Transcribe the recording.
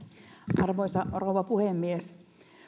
arvoisa rouva puhemies